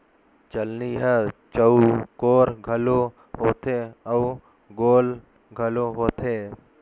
चलनी हर चउकोर घलो होथे अउ गोल घलो होथे